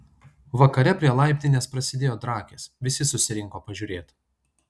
vakare prie laiptinės prasidėjo drakės visi susirinko pažiūrėt